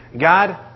God